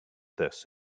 this